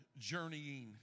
journeying